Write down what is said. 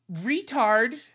retard